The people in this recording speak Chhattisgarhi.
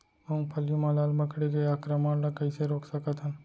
मूंगफली मा लाल मकड़ी के आक्रमण ला कइसे रोक सकत हन?